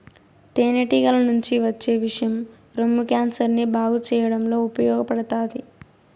తేనె టీగల నుంచి వచ్చే విషం రొమ్ము క్యాన్సర్ ని బాగు చేయడంలో ఉపయోగపడతాది